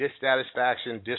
dissatisfaction